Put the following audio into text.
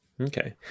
Okay